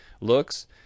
looks